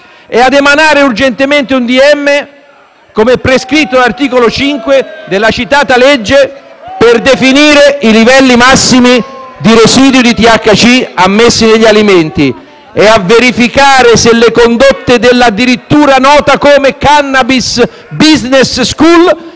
e ad emanare urgentemente un decreto ministeriale, come prescritto dall'articolo 5 della citata legge, per definire i livelli massimi di residui di THC ammessi negli alimenti; a verificare se le condotte della addirittura nota come Cannabis business school